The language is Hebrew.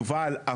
יובל,